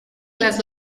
las